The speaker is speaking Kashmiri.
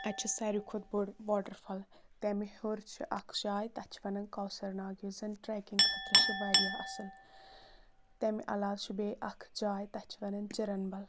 اَتہِ چھِ ساروی کھۄتہٕ بوٚڈ واٹَر فال تَمہِ ہیوٚر چھُ اَکھ جاے تَتھ چھِ وَنان کوثَر ناگ یُس زَن ٹرٛیکِنٛگ خٲطرٕ چھِ واریاہ اَصٕل تَمہِ علاوٕ چھُ بیٚیہِ اَکھ جاے تَتھ چھِ وَنان چِرن بَل